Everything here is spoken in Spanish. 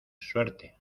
suerte